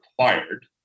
required